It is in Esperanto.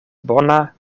bona